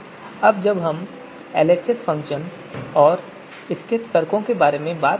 अब हम इस एलएचएस फ़ंक्शन और इसके तर्कों के बारे में बात करते हैं